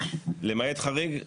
למעט חריג,